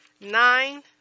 nine